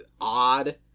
Odd